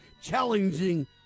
Challenging